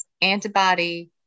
antibody